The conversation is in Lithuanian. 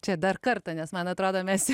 čia dar kartą nes man atrodo mes jau